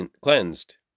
cleansed